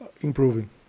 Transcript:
improving